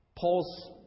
Paul's